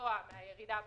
כגבוה מהירידה בהכנסות.